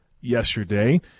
yesterday